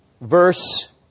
verse